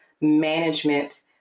management